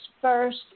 first